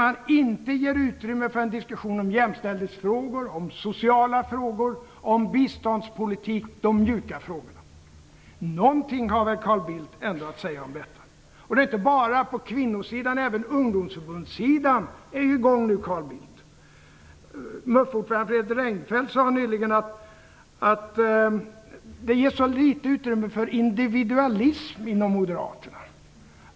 Man ger inte utrymme för en diskussion om jämställdhetsfrågor, om sociala frågor, om biståndspolitik, dvs. om de mjuka frågorna. Någonting har väl Carl Bildat ändå att säga om detta! Och det är inte bara på kvinnosidan som man är i gång, utan det gäller även ungdomssidan, Carl Bildt. MUF-ordföranden Fredrik Reinfeldt sade nyligen att det ges så litet utrymme för individualism inom moderaterna.